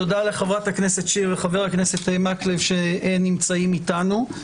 תודה לחברת הכנסת שיר ולחבר הכנסת מקלב שנמצאים איתנו.